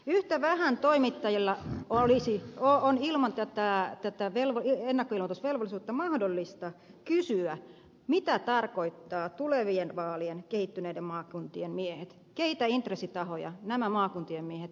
yhtä vähän toimittajilla on ilman tätä ennakkoilmoitusvelvollisuutta mahdollista kysyä mitä tarkoittavat tulevien vaalien kehittyneiden maakuntien miehet keitä intressitahoja nämä maakuntien miehet edustavat